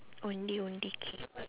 ondeh ondeh cake